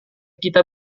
kita